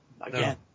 Again